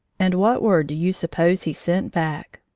and what word do you suppose he sent back?